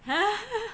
!huh!